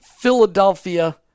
Philadelphia